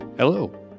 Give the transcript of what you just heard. Hello